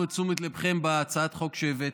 להם את תשומת ליבכם בהצעת החוק שהבאתם: